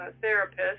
therapist